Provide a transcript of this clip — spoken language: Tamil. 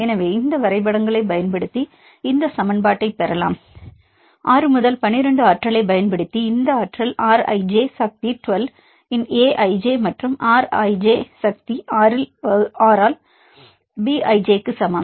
எனவே இந்த வரைபடங்களைப் பயன்படுத்தி இந்த சமன்பாட்டைப் பெறலாம் 6 12 ஆற்றலைப் பயன்படுத்தி இந்த ஆற்றல் R ij சக்தி 12 இன் A ij மற்றும் R ij சக்தி 6 ஆல் B ij க்கு சமம்